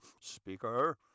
speaker